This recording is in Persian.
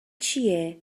چیه